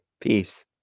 Peace